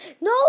No